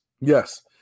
Yes